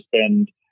spend